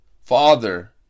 father